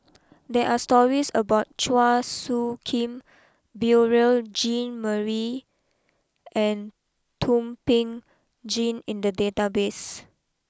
there are stories about Chua Soo Khim Beurel Jean Marie and Thum Ping Tjin in the database